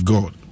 God